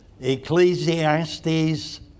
Ecclesiastes